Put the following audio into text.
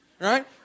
right